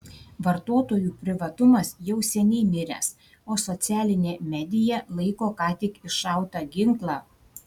vartotojų privatumas jau seniai miręs o socialinė media laiko ką tik iššautą ginklą